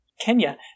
Kenya